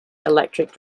electric